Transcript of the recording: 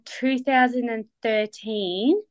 2013